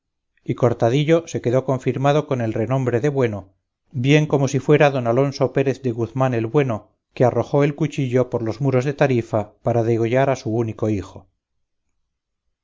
y cortadillo se quedó confirmado con el renombre de bueno bien como si fuera don alonso pérez de guzmán el bueno que arrojó el cuchillo por los muros de tarifa para degollar a su único hijo